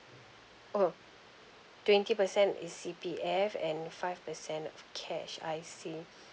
oh twenty percent is C_P_F and five percent of cash I see